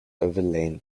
overlain